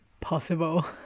possible